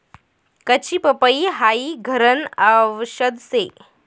कच्ची पपई हाई घरन आवषद शे